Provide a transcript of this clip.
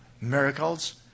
miracles